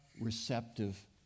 receptive